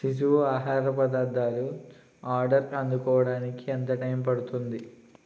శిశువు ఆహార పదార్థాలు ఆర్డర్ని అందుకోడానికి ఎంత టైం పడుతుంది